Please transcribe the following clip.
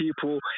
people